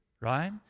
right